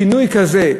שינוי כזה,